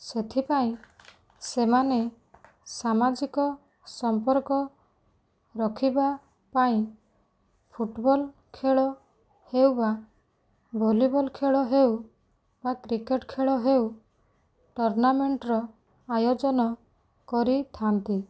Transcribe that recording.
ସେଥିପାଇଁ ସେମାନେ ସାମାଜିକ ସମ୍ପର୍କ ରଖିବା ପାଇଁ ଫୁଟବଲ୍ ଖେଳ ହେଉ ବା ଭଲିବଲ୍ ଖେଳ ହେଉ ବା କ୍ରିକେଟ୍ ଖେଳ ହେଉ ଟର୍ଣ୍ଣାମେଣ୍ଟର ଆୟୋଜନ କରିଥାନ୍ତି